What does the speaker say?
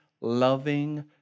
loving